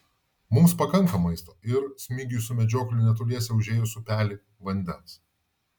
mums pakanka maisto ir smigiui su medžiokliu netoliese užėjus upelį vandens